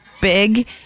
big